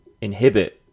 inhibit